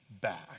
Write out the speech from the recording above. back